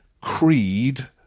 creed